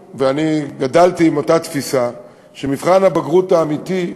גדלתי עם אותה תפיסה שמבחן הבגרות האמיתי,